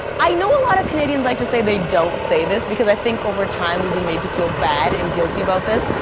i know a lot of canadians like to say they don't say this because i think overtime we've been made to feel bad and guilty about this,